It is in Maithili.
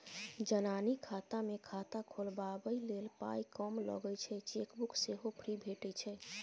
जनानी खाता मे खाता खोलबाबै लेल पाइ कम लगै छै चेकबुक सेहो फ्री भेटय छै